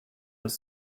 was